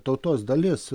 tautos dalis